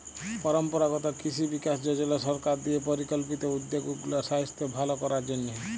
পরম্পরাগত কিসি বিকাস যজলা সরকার দিঁয়ে পরিকল্পিত উদ্যগ উগলার সাইস্থ্য ভাল করার জ্যনহে